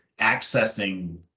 accessing